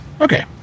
Okay